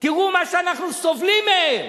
תראו מה שאנחנו סובלים מהם,